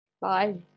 Bye